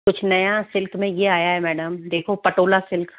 कुछ नया सिल्क में यह आया है मैडम देखो पटोला सिल्क